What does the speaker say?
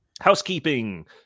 housekeeping